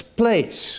place